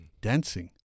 Dancing